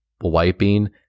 wiping